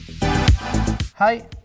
Hi